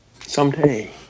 someday